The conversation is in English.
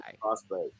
prospect